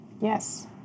Yes